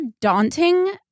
daunting